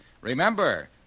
Remember